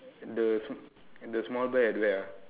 and the sm~ and the small bear at where ah